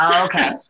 okay